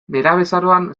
nerabezaroan